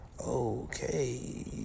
Okay